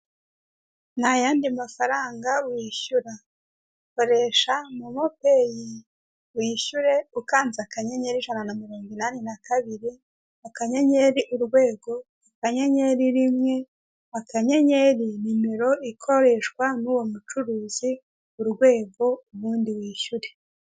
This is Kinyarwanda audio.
Nta yandi mafaranga wishyura. Koresha Momo Pay, wishyure ukanze akanyenyeri ijana na mirongo inane na kabiri, akanyenyeri urwego, akanyenyeri rimwe, akanyenyeri, nimero ikoreshwa n'uwo mucuruzi, urwego, ubundi wishyure.